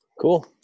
Cool